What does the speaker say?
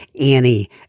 Annie